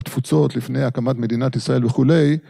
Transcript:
‫בתפוצות, לפני הקמת מדינת ישראל וכולי.